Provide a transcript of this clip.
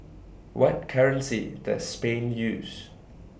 What currency Does Spain use